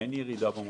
אין ירידה במוטיבציה,